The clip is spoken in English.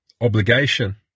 obligation